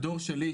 בדור שלי,